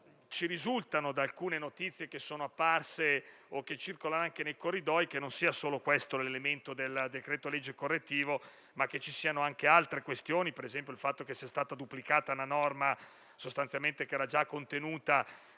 ci risulta da alcune notizie che sono apparse o che circolano anche nei corridoi che non sia solo questo l'elemento del decreto-legge correttivo, ma che ci siano anche altre questioni, ad esempio il fatto che sia stata duplicata una norma che sostanzialmente era già contenuta